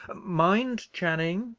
mind, channing,